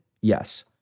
Yes